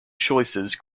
choices